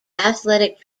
athletic